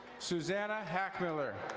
suzanna hack miller.